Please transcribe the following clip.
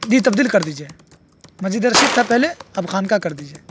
جی تبدیل کر دیجیے مسجد رشید تھا پہلے اب خانقاہ کر دیجیے